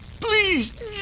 Please